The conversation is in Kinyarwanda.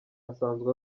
asanzwe